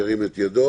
ירים את ידו.